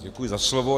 Děkuji za slovo.